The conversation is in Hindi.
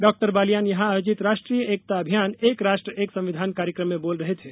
डाक्टर बालियान यहां आयोजित राष्ट्रीय एकता अभियान एक राष्ट्र एक संविधान कार्यक्रम में बोल रहे थे